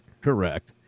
correct